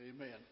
Amen